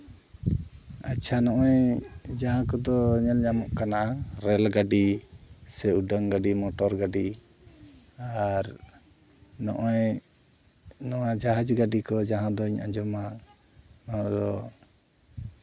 ᱟᱪᱪᱷᱟ ᱱᱚᱜᱼᱚᱸᱭ ᱡᱟᱦᱟᱸ ᱠᱚᱫᱚ ᱧᱮᱞ ᱧᱟᱢᱚᱜ ᱠᱟᱱᱟ ᱨᱮᱹᱞ ᱜᱟᱹᱰᱤ ᱥᱮ ᱩᱰᱟᱹᱱ ᱜᱟᱹᱰᱤ ᱢᱚᱴᱚᱨ ᱜᱟᱹᱰᱤ ᱟᱨ ᱱᱚᱜᱼᱚᱸᱭ ᱱᱚᱣᱟ ᱡᱟᱠᱟᱡᱽ ᱜᱟᱹᱰᱤ ᱠᱚ ᱟᱸᱡᱚᱢᱟ ᱱᱚᱣᱟᱫᱚ